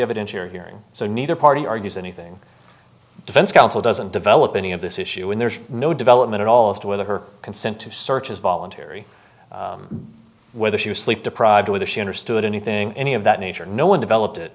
evidentiary hearing so neither party argues anything defense counsel doesn't develop any of this issue and there's no development at all as to whether her consent to search is voluntary whether she was sleep deprived or whether she understood anything any of that nature no one developed it